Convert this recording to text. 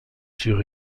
sur